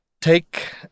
take